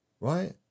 right